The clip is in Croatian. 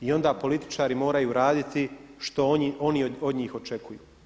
I onda političari moraju raditi što oni od njih očekuju.